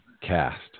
cast